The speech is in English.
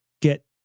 get